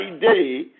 day